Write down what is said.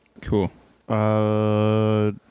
Cool